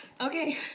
Okay